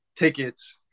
Tickets